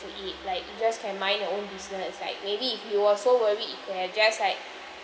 to eat like you just can mind your own business like maybe if you were so worried you could have just like